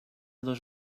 dos